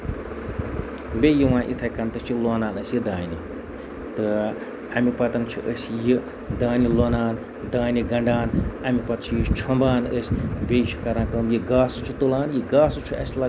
بیٚیہِ یِوان یِتھٕے کَنۍ تہٕ چھِ لونان أسۍ یہِ دانہِ تہٕ اَمہِ پَتہٕ چھِ أسۍ یہِ دانہِ لونان دَانہِ گنڈان اَمہِ پَتہٕ چھِ یہِ چھوٚمبان أسۍ بیٚیہِ چھِ کران کٲم یہِ گاسہٕ چھِ تُلان یہِ گاسہٕ چھُ اَسہِ لگان